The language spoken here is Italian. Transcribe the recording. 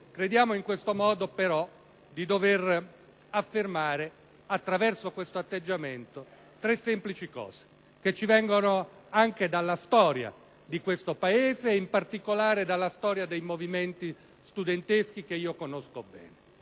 Crediamo, però, di dover affermare attraverso questo atteggiamento tre semplici questioni, che derivano anche dalla storia di questo Paese, e in particolare dalla storia dei movimenti studenteschi, che conosco bene.